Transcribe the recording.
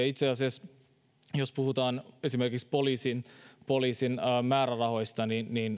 itse asiassa jos puhutaan esimerkiksi poliisin poliisin määrärahoista